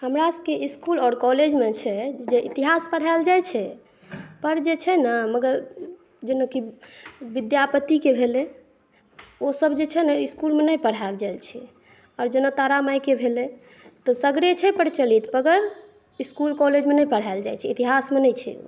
हमरासबके इसकुल और कॉलेज मे छै जे इतिहास पढ़ायल जाइ छै पर जे छै ने मगर जेनाकि विद्यापति के भेलै ओसब जे छै ने इसकु मे नहि पढ़ायल जाइ छै और जेना तारा माइ के भेलै सगरे छै प्रचलित मगर इसकुल कॉलेज मे नहि पढ़ायल जाइ छै इतिहास मे नहि छै